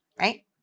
right